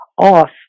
off